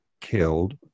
killed